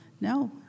No